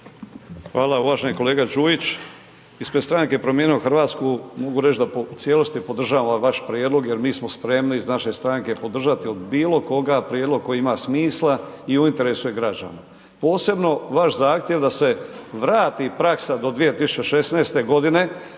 Hvala. Uvaženi kolega Đujić, ispred stranke Promijenimo Hrvatsku mogu reći da u cijelosti podržavam ovaj vaš prijedlog jer mi smo spremni iz naše stranke podržati od bilo koga prijedlog koji ima smisla i u interesu je građana. Posebno vaš zahtjev da se vrati praksa do 2016. godine,